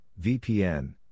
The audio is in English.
VPN